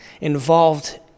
involved